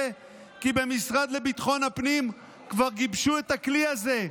כי במשרד לביטחון הפנים כבר גיבשו את הכלי הזה?